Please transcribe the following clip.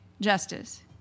justice